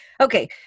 okay